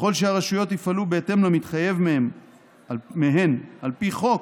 ככל שהרשויות יפעלו בהתאם למתחייב מהן על פי חוק,